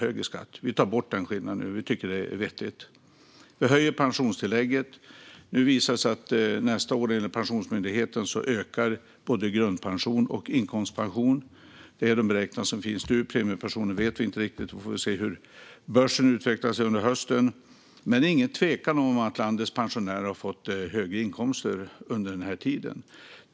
Vi tar bort denna skillnad, för det tycker vi är vettigt. Vidare höjer vi pensionstillägget. Enligt Pensionsmyndighetens nuvarande beräkningar ökar både grundpensionen och inkomstpensionen nästa år. Hur det blir med premiepensionen vet vi inte riktigt; vi får se hur börsen utvecklas under hösten. Det är dock ingen tvekan om att landets pensionärer har fått högre inkomster under vår tid.